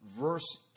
Verse